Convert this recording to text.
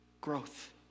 growth